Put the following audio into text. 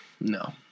No